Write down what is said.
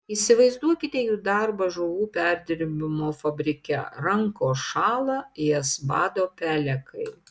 įsivaizduokite jų darbą žuvų perdirbimo fabrike rankos šąla jas bado pelekai